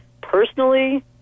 Personally